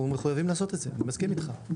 אנחנו מחויבים לעשות את זה, אני מסכים איתך.